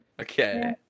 okay